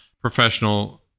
professional